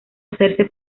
hacerse